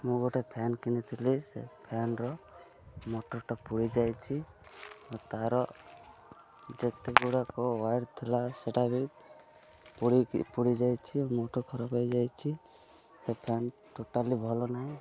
ମୁଁ ଗୋଟେ ଫ୍ୟାନ୍ କିଣିଥିଲି ସେ ଫ୍ୟାନ୍ର ମଟର୍ଟା ପୋଡ଼ି ଯାଇଛି ଆଉ ତା'ର ଯେତେ ଗୁଡ଼ାକ ୱାୟାର୍ ଥିଲା ସେଇଟା ବି ପୋଡ଼ିକି ପୋଡ଼ି ଯାଇଛି ମୋଟର୍ ଖରାପ ହେଇଯାଇଛି ସେ ଫ୍ୟାନ୍ ଟୋଟାଲି ଭଲ ନାହିଁ